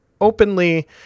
openly